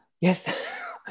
Yes